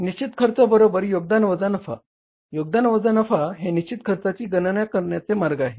निश्चित खर्च बरोबर योगदान वजा नफा योगदान वजा नफा हे निश्चित खर्चाची गणना करण्याचे मार्ग आहे